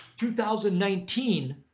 2019